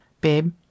Babe